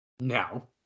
No